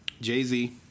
Jay-Z